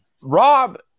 Rob